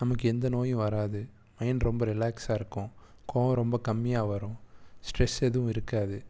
நமக்கு எந்த நோயும் வராது மைண்ட் ரொம்ப ரிலாக்ஸாருக்கும் கோபம் ரொம்ப கம்மியாக வரும் ஸ்ட்ரெஸ் எதுவும் இருக்காது